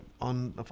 on